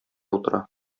утыра